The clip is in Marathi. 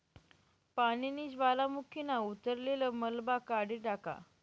पानीनी ज्वालामुखीना उतरलेल मलबा काढी टाका